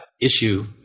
issue